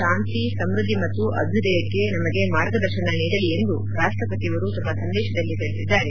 ಶಾಂತಿ ಸಮೃದ್ಧಿ ಮತ್ತು ಅಭ್ಯದಯಕ್ಕೆ ನಮಗೆ ಮಾರ್ಗದರ್ಶನ ನೀಡಲಿ ಎಂದು ರಾಷ್ಲಪತಿಯವರು ತಮ್ನ ಸಂದೇಶದಲ್ಲಿ ತಿಳಿಸಿದ್ದಾರೆ